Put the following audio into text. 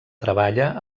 treballa